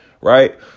Right